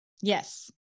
Yes